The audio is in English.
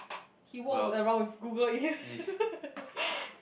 he walks around with Google ears